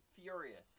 furious